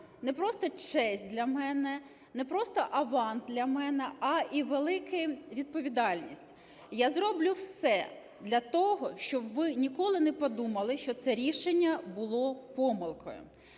не просто честь для мене, не просто аванс для мене, а і велика відповідальність. Я зроблю все для того, щоб ви ніколи не подумали, що це рішення було помилкою.